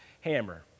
hammer